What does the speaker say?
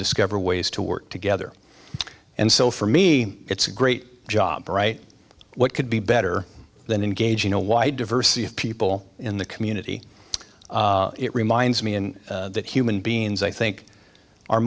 discover ways to work together and so for me it's a great job right what could be better than engaging a wide diversity of people in the community it reminds me and that human beings i think are